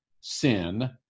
sin